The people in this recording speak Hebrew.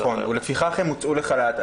נכון, ולפיכך הן הוצאו לחל"ת.